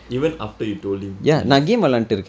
even after you told him to leave him